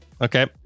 Okay